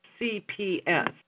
CPS